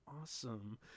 awesome